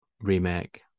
remake